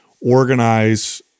organize